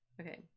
Okay